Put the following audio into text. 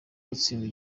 gutsindwa